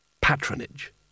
patronage